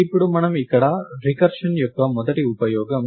ఇప్పుడు మనము ఇక్కడ రికర్షన్ యొక్క మొదటి ఉపయోగం